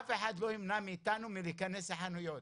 אף אחד לא יימנע מאיתנו מלהיכנס לחנויות.